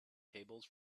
tables